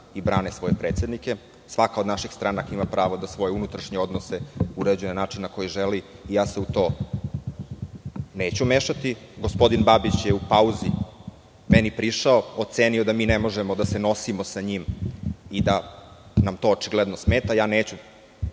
i brane svoje predsednike. Svaka od naših stranaka ima pravo da svoje unutrašnje odnose uređuje na način na koji želi i ja se u to neću mešati. Gospodin Babić je u pauzi meni prišao, ocenio da mi ne možemo da se nosimo sa njim i da nam to očigledno smeta. Ja neću